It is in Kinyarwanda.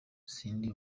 sindi